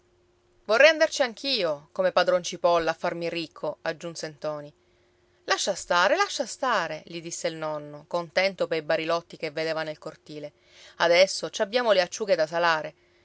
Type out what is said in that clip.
vorrei andarci anch'io come padron cipolla a farmi ricco aggiunse ntoni lascia stare lascia stare gli disse il nonno contento pei barilotti che vedeva nel cortile adesso ci abbiamo le acciughe da salare